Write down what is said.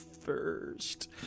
first